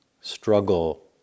struggle